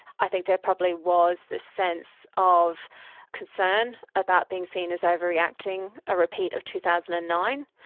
i think there probably was this sense of concern about being seen as overreacting, a repeat of two thousand and nine,